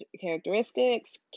characteristics